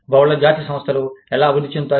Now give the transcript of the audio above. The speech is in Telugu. బహుళజాతి సంస్థలు ఎలా అభివృద్ధి చెందుతాయి